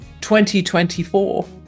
2024